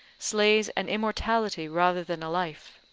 slays an immortality rather than a life.